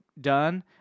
done